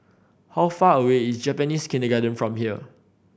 how far away is Japanese Kindergarten from here